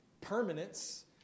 permanence